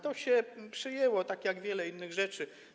To się przyjęło, tak jak wiele innych rzeczy.